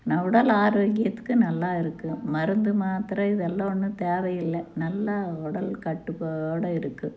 ந உடல் ஆரோக்கியத்துக்கு நல்லா இருக்கும் மருந்து மாத்திர இதெல்லாம் ஒன்றும் தேவையில்லை நல்லா உடல் கட்டுப்பாடு இருக்கும்